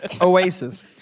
Oasis